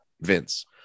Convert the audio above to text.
Vince